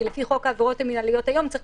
כי לפי חוק העבירות המנהליות היום צריך